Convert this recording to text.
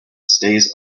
stays